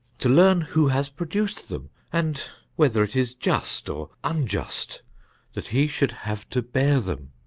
to learn who has produced them, and whether it is just or unjust that he should have to bear them.